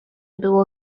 było